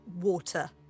water